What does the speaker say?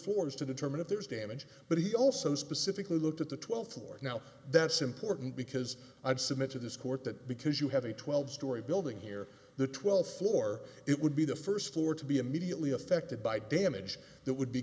forms to determine if there's damage but he also specifically looked at the twelfth for now that's important because i would submit to this court that because you have a twelve story building here the twelfth floor it would be the first floor to be immediately affected by damage that would be